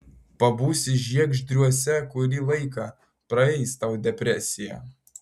pabūsi žiegždriuose kurį laiką praeis tau depresija